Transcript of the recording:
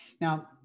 Now